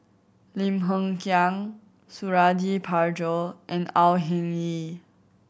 Lim Hng Kiang Suradi Parjo and Au Hing Yee